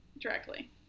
directly